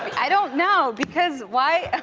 i don't know, because why,